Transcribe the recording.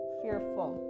fearful